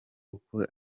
uko